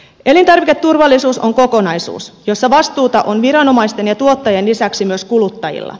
elintarviketurvallisuus on kokonaisuus jossa vastuuta on viranomaisten ja tuottajien lisäksi myös kuluttajilla